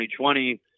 2020